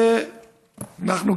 ולנו,